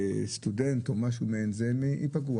סטודנט או משהו כזה ייפגעו.